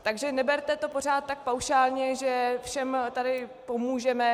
Takže neberte to pořád tak paušálně, že všem tady pomůžeme.